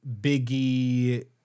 Biggie